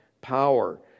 power